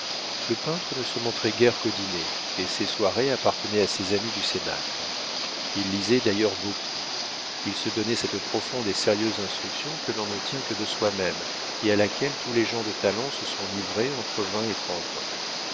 le peintre ne se montrait guère qu'au dîner et ses soirées appartenaient à ses amis du cénacle il lisait d'ailleurs beaucoup il se donnait cette profonde et sérieuse instruction que l'on ne tient que de soi-même et à laquelle tous les gens de talent se sont livrés entre vingt et trente ans